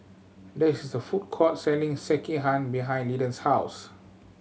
there is a food court selling Sekihan behind Linden's house